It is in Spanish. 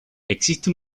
existe